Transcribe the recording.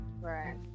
Right